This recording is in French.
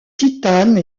titane